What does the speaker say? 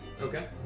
Okay